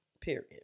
Period